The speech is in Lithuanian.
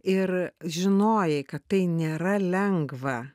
ir žinojai kad tai nėra lengva